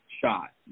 shot